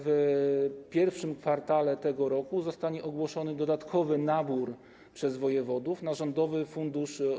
W I kwartale tego roku zostanie ogłoszony dodatkowy nabór przez wojewodów na Rządowy Fundusz